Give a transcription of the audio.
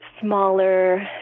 smaller